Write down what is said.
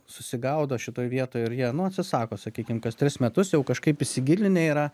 susigaudo šitoj vietoj ir jie nu atsisako sakykim kas tris metus jau kažkaip įsigilinę yra